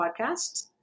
podcasts